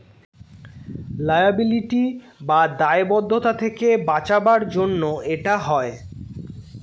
liability বা দায়বদ্ধতা থেকে বাঁচাবার জন্য এটা হয়